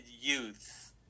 youth